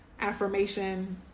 affirmation